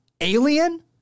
Alien